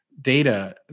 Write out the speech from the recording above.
Data